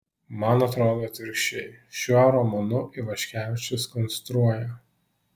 man atrodo atvirkščiai šiuo romanu ivaškevičius konstruoja